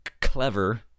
clever